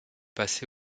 passé